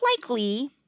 likely